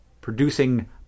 producing